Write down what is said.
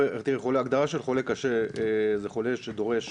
ההגדרה של חולה קשה זה חולה שדורש